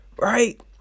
Right